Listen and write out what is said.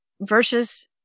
versus